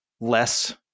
less